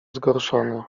zgorszony